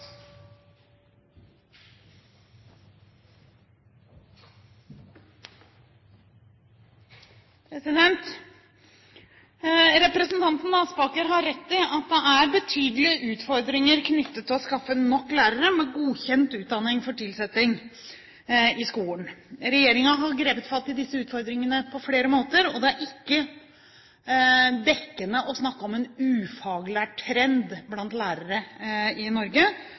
betydelige utfordringer knyttet til å skaffe nok lærere med godkjent utdanning for tilsetting i skolen. Regjeringen har grepet fatt i disse utfordringene på flere måter, og det er ikke dekkende å snakke om en ufaglært trend blant lærere i Norge.